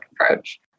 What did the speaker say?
approach